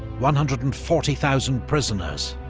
one hundred and forty thousand prisoners,